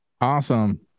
Awesome